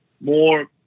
more